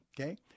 okay